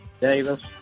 Davis